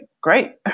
great